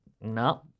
No